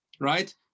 right